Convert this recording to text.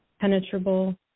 penetrable